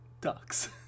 ducks